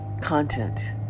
content